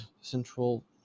Central